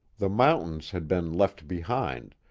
the mountains had been left behind,